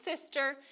sister